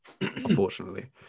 unfortunately